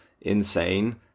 insane